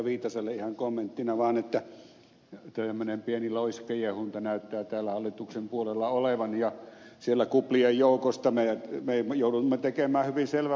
viitaselle ihan kommenttina vaan että tämmöinen pieni loiskiehunta näyttää täällä hallituksen puolella olevan ja sieltä kuplien joukosta me joudumme tekemään hyvin selvän valinnan